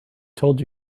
told